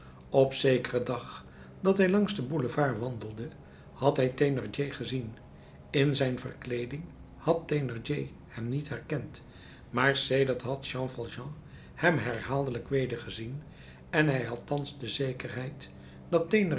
op zekeren dag dat hij langs den boulevard wandelde had hij thénardier gezien in zijn verkleeding had thénardier hem niet herkend maar sedert had jean valjean hem herhaaldelijk wedergezien en hij had thans de zekerheid dat